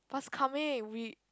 must coming we